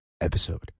episode